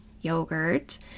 yogurt